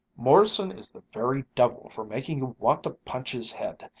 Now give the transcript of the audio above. morrison is the very devil for making you want to punch his head,